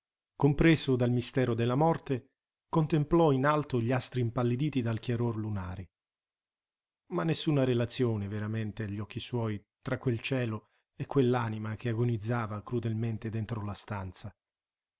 compreso dal mistero della morte contemplò in alto gli astri impalliditi dal chiaror lunare ma nessuna relazione veramente agli occhi suoi tra quel cielo e quell'anima che agonizzava crudelmente dentro la stanza